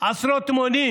בעשרות מונים?